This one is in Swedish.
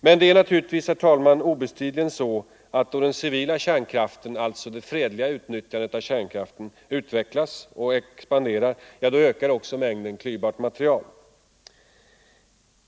Men det är naturligtvis, herr talman, obestridligt så att då det fredliga utnyttjandet av kärnkraften utvecklas och expanderar så ökar även mängden klyvbart material.